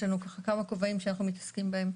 יש לנו כמה כובעים שאנחנו מתעסקים בהם,